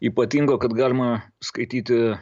ypatingo kad galima skaityti